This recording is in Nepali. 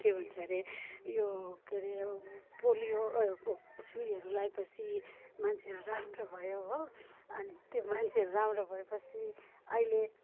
के भन्छ हरे यो के हरे पोलियो सुइहरू लगाए पछि मान्छेहरू राम्रो भयो हो अनि त्यो मान्छेहरू राम्रो भए पछि अहिले